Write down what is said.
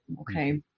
Okay